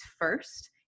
first